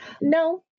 No